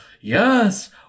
yes